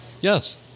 Yes